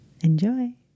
Enjoy